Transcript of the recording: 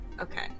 Okay